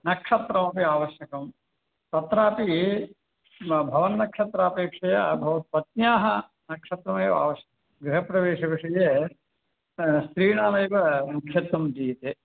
नक्षत्रमपि आवश्यकं तत्रापि भवन् नक्षत्रापेक्षया भवत् पत्न्याः नक्षत्रमेव आवश्यकं गृहप्रवेशविषये स्त्रीणामेव नक्षत्रं दीयते